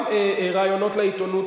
גם ראיונות לעיתונות,